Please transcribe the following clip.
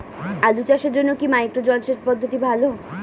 আলু চাষের জন্য কি মাইক্রো জলসেচ পদ্ধতি ভালো?